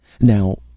now